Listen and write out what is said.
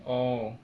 orh